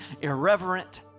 irreverent